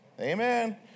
Amen